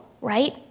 right